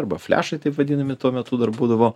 arba fliašai taip vadinami tuo metu dar būdavo